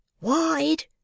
Wide